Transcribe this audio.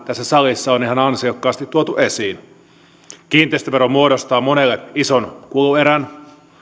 tässä salissa on ihan ansiokkaasti tuotu esiin kiinteistövero muodostaa monelle ison kuluerän